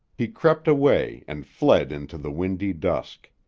he crept away and fled into the windy dusk.